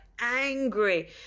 angry